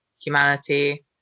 humanity